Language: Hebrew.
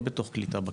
לא בתוך קליטה בקהילה,